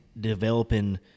developing –